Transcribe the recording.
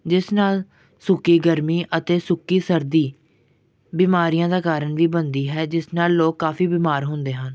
ਜਿਸ ਨਾਲ ਸੁੱਕੀ ਗਰਮੀ ਅਤੇ ਸੁੱਕੀ ਸਰਦੀ ਬਿਮਾਰੀਆਂ ਦਾ ਕਾਰਨ ਵੀ ਬਣਦੀ ਹੈ ਜਿਸ ਨਾਲ ਲੋਕ ਕਾਫੀ ਬਿਮਾਰ ਹੁੰਦੇ ਹਨ